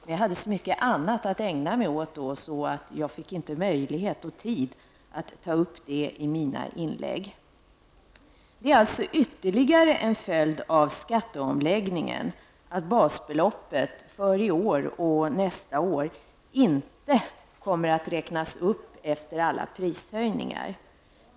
Då hade jag så mycket annat att ägna mig åt att jag inte fick möjlighet och tid att ta upp det i mina inlägg. Det är alltså ytterligare en följd av skatteomläggningen att basbeloppet för i år och nästa år inte kommer att räknas upp efter alla prishöjningar.